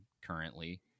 currently